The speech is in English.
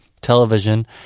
television